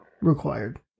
required